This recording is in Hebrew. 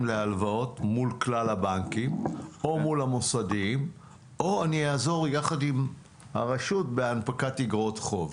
להלוואות אל מול כלל הבנקים או שאני אעזור יחד עם הרשות בהנפקת אג"ח".